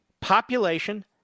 population